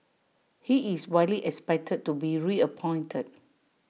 he is widely expected to be reappointed